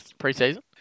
Pre-season